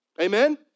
Amen